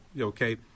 okay